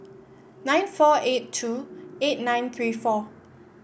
nine four eight two eight nine three four